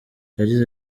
yagize